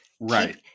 Right